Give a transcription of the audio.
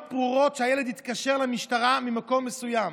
ברורות שהילד התקשר למשטרה ממקום מסוים.